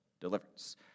deliverance